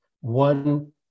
One